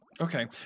Okay